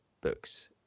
books